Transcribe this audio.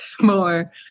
More